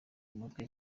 umutwe